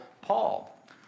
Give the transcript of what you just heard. Paul